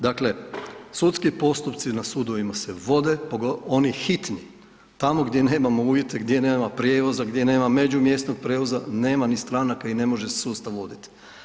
Dakle, sudski postupci na sudovima se vode, oni hitni, tamo gdje nemamo uvjete, gdje nema prijevoza, gdje nema međumjesnog prijevoza, nema ni stranaka i ne može se sustav vodit.